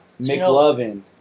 McLovin